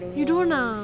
you don't ah